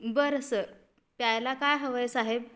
बरं सर प्यायला काय हवं आहे साहेब